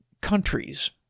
countries